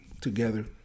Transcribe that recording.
together